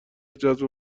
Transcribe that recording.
جذب